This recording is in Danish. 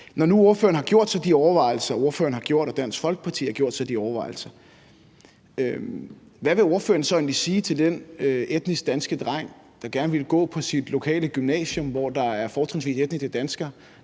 ordføreren har gjort sig og Dansk Folkeparti har gjort sig, hvad vil ordføreren så egentlig sige til den etnisk danske dreng, der gerne ville gå på sit lokale gymnasium, hvor der fortrinsvis er etniske danskere,